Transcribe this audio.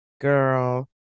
Girl